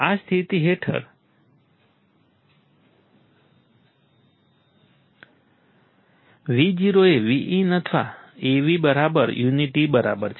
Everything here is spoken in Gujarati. આ સ્થિતિ હેઠળ Vo એ Vin અથવા Av બરાબર યુનિટી બરાબર છે